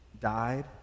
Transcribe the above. died